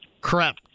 crap